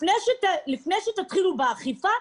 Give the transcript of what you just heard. לפני שאתם מתחילים באכיפה,